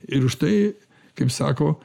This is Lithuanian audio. ir už tai kaip sako